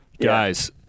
Guys